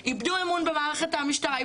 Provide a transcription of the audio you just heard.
איבדו אמון במערכת המשטרה,